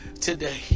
today